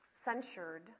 censured